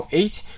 eight